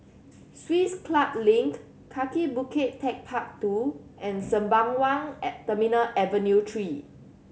Swiss Club Link Kaki Bukit Techpark Two and Sembawang Terminal Avenue Three